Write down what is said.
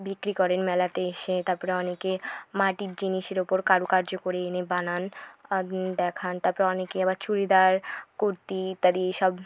বিক্রি করেন মেলাতে এসে তারপরে অনেকে মাটির জিনিসের ওপর কারুকার্য করে এনে বানান দেখান তাপর অনেকেই আবার চুড়িদার কুর্তি ইত্যাদি সব